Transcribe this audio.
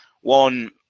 one